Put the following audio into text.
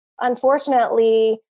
unfortunately